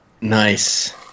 Nice